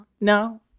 no